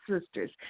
sisters